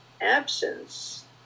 absence